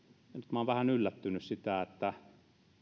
minä olen vähän yllättynyt siitä että